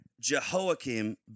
Jehoiakim